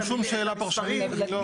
והמהנדס צריך להשיב לו.